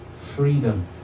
freedom